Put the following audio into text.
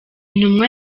ntumwa